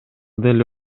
деле